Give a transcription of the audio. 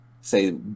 say